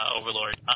Overlord